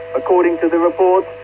according to the reports,